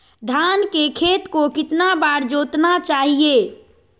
धान के खेत को कितना बार जोतना चाहिए?